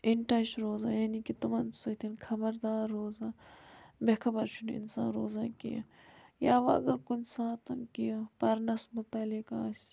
in touch روزان یعنی کہِ تِمَن سۭتۍ خبردار روزان بےٚ خبر چھُنہٕ اِنسان روزان کیٚنٛہہ یا وۄنۍ اگر کُنہِ ساتہٕ کیٚنٛہہ پَرنَس متعلق آسہِ